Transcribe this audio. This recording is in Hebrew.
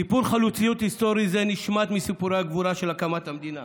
סיפור חלוציות היסטורי זה נשמט מסיפורי הגבורה של הקמת המדינה.